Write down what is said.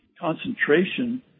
concentration